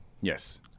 Yes